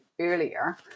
earlier